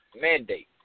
mandate